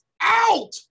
out